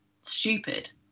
stupid